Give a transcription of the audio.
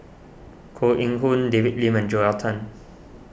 Koh Eng Hoon David Lim and Joel Tan